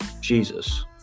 Jesus